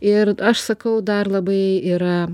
ir aš sakau dar labai yra